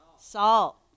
Salt